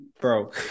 bro